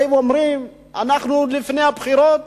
לפני הבחירות